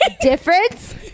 Difference